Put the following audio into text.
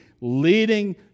leading